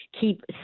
keep